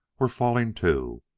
were falling, too,